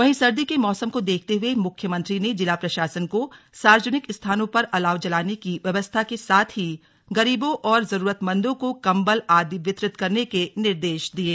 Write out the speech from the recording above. वहीं सर्दी के मौसम को देखते हुए मुख्यमंत्री ने जिला प्रशासन को सार्वजनिक स्थानों पर अलाव जलाने की व्यवस्था के साथ ही गरीबों और जरूरतमंदों को कम्बल आदि वितरित करने के निर्देश दिये